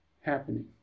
happening